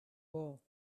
wool